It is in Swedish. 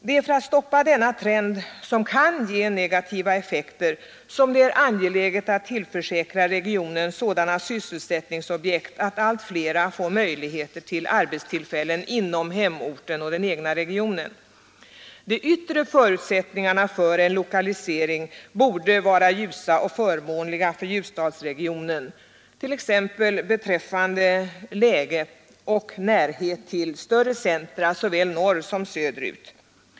Det är för att stoppa denna trend, vilken kan ge negativa effekter, som det är angeläget att tillförsäkra regionen sådana sysselsättningsobjekt att allt flera får möjligheter till arbetstillfällen inom hemorten och den egna regionen. De yttre förutsättningarna för en lokalisering borde vara ljusa och förmånliga för Ljusdalsregionen, t.ex. beträffande läge och närhet till större centra, såväl norrut som söderut.